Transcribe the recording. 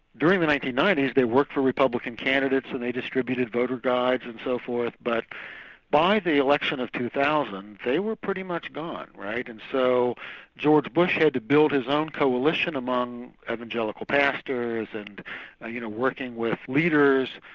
during the nineteen ninety s they worked for republican candidates when they distributed voter guides and so forth, but by the election of two thousand, they were pretty much gone, right. and so george bush had to build his own coalition among evangelical pastors and you know working with leaders,